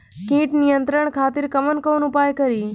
कीट नियंत्रण खातिर कवन कवन उपाय करी?